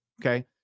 okay